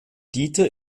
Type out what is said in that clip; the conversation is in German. dieter